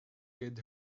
get